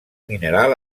mineral